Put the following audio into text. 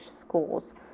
schools